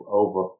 over